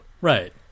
Right